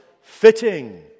fitting